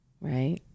right